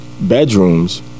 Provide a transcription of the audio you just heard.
bedrooms